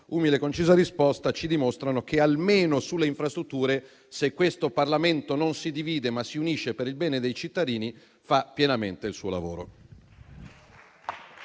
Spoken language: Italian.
umile, concisa risposta ci dimostrano che, almeno sulle infrastrutture, se questo Parlamento non si divide ma si unisce per il bene dei cittadini, fa pienamente il suo lavoro.